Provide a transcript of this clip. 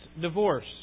divorce